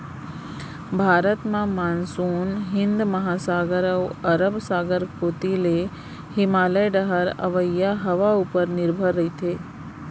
भारत म मानसून हिंद महासागर अउ अरब सागर कोती ले हिमालय डहर अवइया हवा उपर निरभर रथे